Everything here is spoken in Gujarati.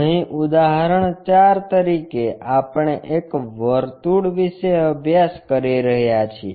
અહીં ઉદાહરણ 4 તરીકે આપણે એક વર્તુળ વિશે અભ્યાસ કરી રહ્યા છીએ